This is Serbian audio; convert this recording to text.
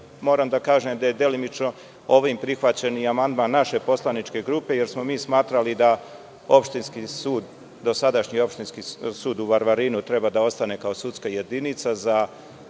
moram da kažem da je delimično ovim prihvaćen i amandman naše poslaničke grupe, jer smo mi smatrali da dosadašnji Opštinski sud u Varvarinu treba da ostane kao sudska jedinica za